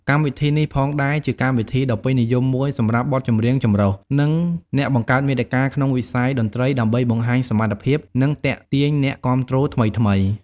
កម្មវិធីនេះផងដែរជាកម្មវិធីដ៏ពេញនិយមមួយសម្រាប់បទចម្រៀងចម្រុះ និងអ្នកបង្កើតមាតិកាក្នុងវិស័យតន្រ្តីដើម្បីបង្ហាញសមត្ថភាព និងទាក់ទាញអ្នកគាំទ្រថ្មីៗ។